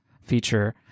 feature